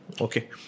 Okay